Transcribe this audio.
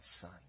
son